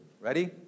Ready